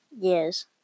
Yes